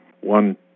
one